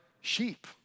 sheep